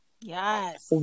Yes